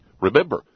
Remember